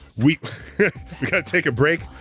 we gotta take a break,